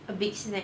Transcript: a big snack